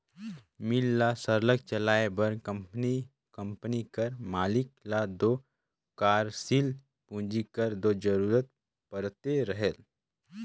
मील ल सरलग चलाए बर कंपनी कंपनी कर मालिक ल दो कारसील पूंजी कर दो जरूरत परते रहेल